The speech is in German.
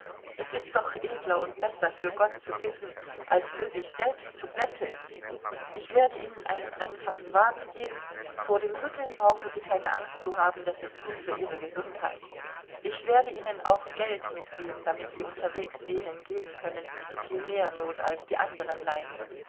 es ist doch edler und besser für gott zu bitten als für sich selbst zu betteln ich werde ihnen einen einfachen wagen geben vor dem rütteln brauchen sie keine angst zu haben das ist gut für ihre gesundheit ich werde ihnen auch geld mitgeben damit sie unterwegs denen geben können die mehr not als die anderen leiden